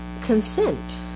consent